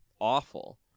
awful